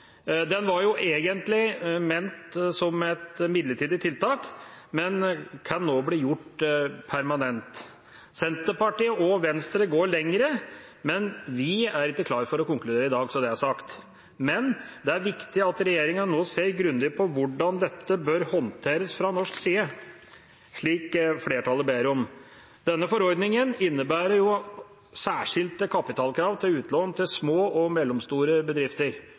Den var egentlig ment som et midlertidig tiltak, men kan nå bli gjort permanent. Senterpartiet og Venstre går lenger, men vi er ikke klare for å konkludere i dag – så det er sagt. Men det er viktig at regjeringa nå ser grundig på hvordan dette bør håndteres fra norsk side, slik flertallet ber om. Denne forordninga innebærer jo særskilte kapitalkrav til utlån til små og mellomstore bedrifter